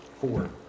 Four